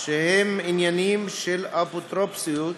שהם עניינים של אפוטרופסות,